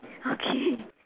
okay